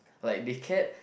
like they cared